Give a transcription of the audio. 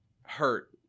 hurt